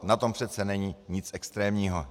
Na tom přece není nic extrémního.